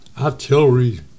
artillery